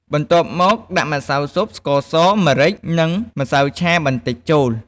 បន្ទាប់មក ដាក់ ម្សៅស៊ុប ស្ករស ម្រេច និង ម្សៅឆាបន្តិច ចូល។